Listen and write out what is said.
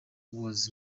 was